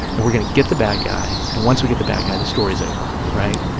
and we're going to get the bad guy, and once we get the bad guy, the story's over, right?